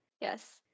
Yes